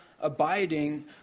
abiding